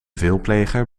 veelpleger